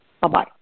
Bye-bye